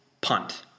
punt